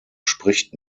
spricht